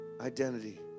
Identity